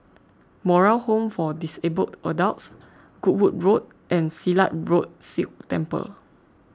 Moral Home for Disabled Adults Goodwood Road and Silat Road Sikh Temple